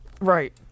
Right